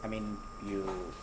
I mean you